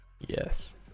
Yes